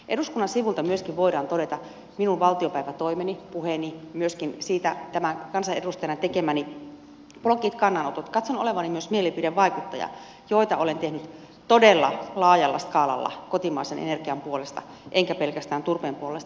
eduskunnan sivuilta myöskin voidaan todeta minun valtiopäivätoimeni puheeni myöskin kansanedustajana tekemäni blogit kannanotot katson olevani myös mielipidevaikuttaja joita olen tehnyt todella laajalla skaalalla kotimaisen energian puolesta enkä pelkästään turpeen puolesta